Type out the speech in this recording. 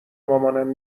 مامانم